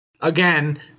again